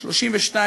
32,